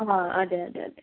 ആ വാ അതെ അതെ അതെ